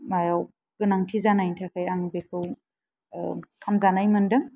गोनांथि जानायनि थाखाय आं बेखौ हामजानाय मोनदों